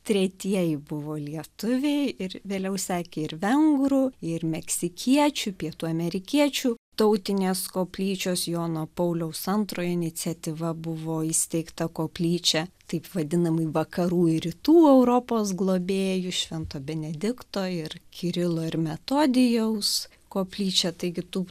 tretieji buvo lietuviai ir vėliau sekė ir vengrų ir meksikiečių pietų amerikiečių tautinės koplyčios jono pauliaus antro iniciatyva buvo įsteigta koplyčia taip vadinamai vakarų ir rytų europos globėjui švento benedikto ir kirilo ir metodijaus koplyčia taigi tų